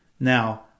Now